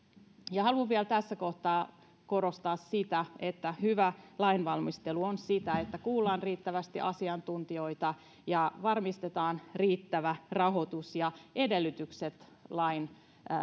haluan vielä tässä kohtaa korostaa sitä että hyvä lainvalmistelu on sitä että kuullaan riittävästi asiantuntijoita ja varmistetaan riittävä rahoitus ja edellytykset lain